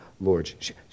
Lord